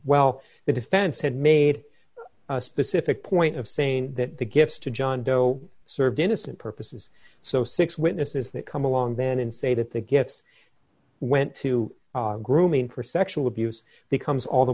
well the defense had made a specific point of saying that the gifts to john doe served innocent purposes so six witnesses that come along then and say that the gets went to grooming for sexual abuse becomes all the